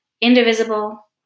indivisible